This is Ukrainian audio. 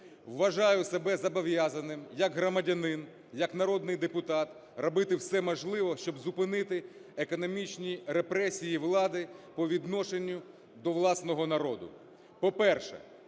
Вважаю себе зобов'язаним як громадянин, як народний депутат робити все можливе, щоб зупинити економічні репресії влади по відношенню до власного народу.